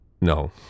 No